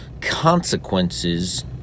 consequences